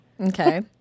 okay